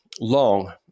long